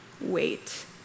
wait